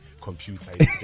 computer